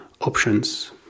options